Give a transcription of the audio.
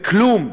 בכלום.